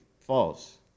false